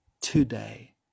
today